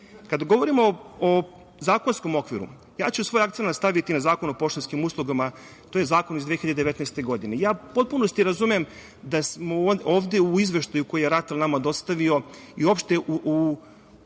govorimo o zakonskom okviru, ja ću svoj akcenat staviti na Zakon o poštanskim uslugama. To je zakon iz 2019. godine.U potpunosti razumem da smo ovde u izveštaju koji je RATEL nama dostavio, i uopšte u